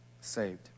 saved